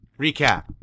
recap